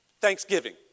Thanksgiving